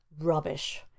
Rubbish